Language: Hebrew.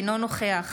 אינו נוכח